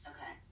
Okay